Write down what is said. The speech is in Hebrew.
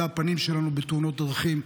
אלה ה הפנים שלנו בתאונות דרכים.